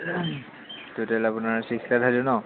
total আপোনাৰ